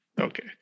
Okay